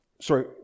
sorry